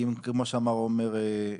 אם כמו שאמר עומר,